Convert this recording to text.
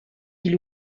die